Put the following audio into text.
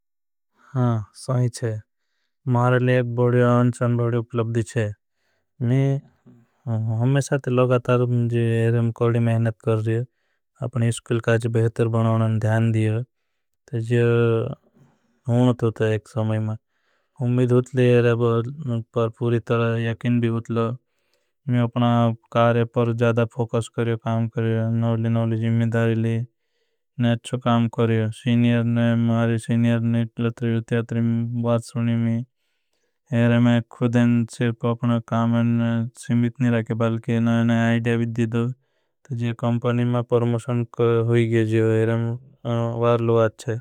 ह सही छे लिए एक बड़ी अंचान बड़ी उपलब्धि छे। में साथ लगातार कोड़ी मेहनत कर रहे हैं स्कुल। काज बेहतर बनावन ध्यान दियें अपने समय में हूँ। थो था जो हूँ थो समय होतली। आपर पूरी तरा याकिन भी होतला अपना कारे पर। ज़्यादा फोकस कर रहा हूँ काम कर रहा हूँ नवली। जिम्मिदारिली ने अच्छा काम कर रहा हूँ सीनियर ने। मारे सीनियर ने ज़्यातरी त्यातरी। षबात सुनी मैं में खुदें सिर्फ अपना काम ने जिम्मिद। ने रखे बाल के नवल ने आईडिया भी देदो ज़्या कंपणी। में परमोषन होगे जो इरे में बारलो आच्छे।